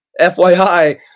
FYI